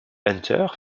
hunter